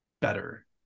better